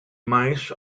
mice